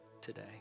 today